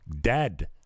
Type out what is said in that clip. dead